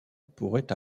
pourrait